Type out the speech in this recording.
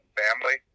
family